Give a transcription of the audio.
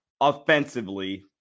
offensively